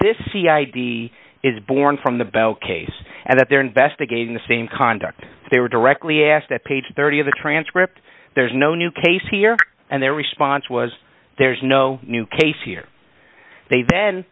id is born from the bell case and that they're investigating the same conduct they were directly asked at page thirty of the transcript there's no new case here and their response was there's no new case here they